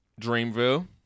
Dreamville